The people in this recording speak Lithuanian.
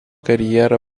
karjerą